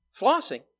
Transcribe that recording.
flossing